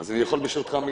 אני יכול מילה, ברשותך?